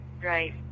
right